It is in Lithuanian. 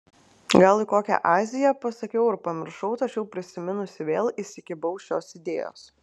gal į kokią aziją pasakiau ir pamiršau tačiau prisiminusi vėl įsikibau šios idėjos